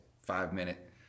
five-minute